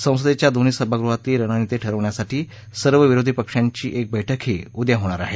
संसदेच्या दोन्ही सभागृहातली रणनिती ठरवण्यासाठी सर्व विरोधी पक्षांची एक बैठकही उद्या होणार आहे